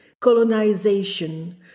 colonization